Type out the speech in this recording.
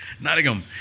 Nottingham